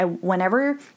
Whenever